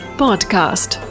podcast